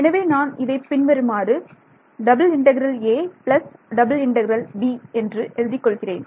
எனவே நான் இதை பின்வருமாறு எழுதிக் கொள்கிறேன்